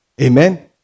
Amen